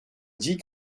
dit